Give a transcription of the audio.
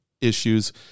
issues